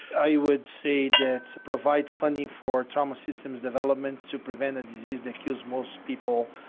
i would say that provide funding for trauma system development to prevent a disease that kills most people,